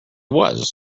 was